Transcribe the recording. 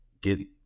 get